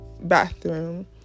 bathroom